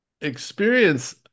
Experience